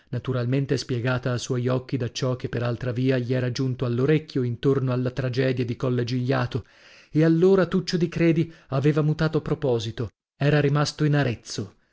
naturalmente spiegata a suoi occhi da ciò che per altra via gli era giunto all'orecchio intorno alla tragedia di colle gigliato e allora tuccio di credi aveva mutato proposito era rimasto in arezzo